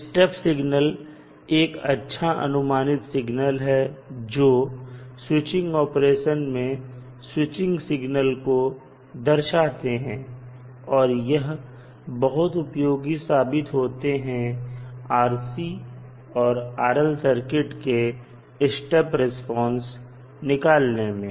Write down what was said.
step signal एक अच्छा अनुमानित सिग्नल है जो स्विचिंग ऑपरेशन में स्विचिंग सिग्नल को दर्शाते हैं और यह बहुत उपयोगी साबित होते हैं RC और RL सर्किट के स्टेप रिस्पांस निकालने में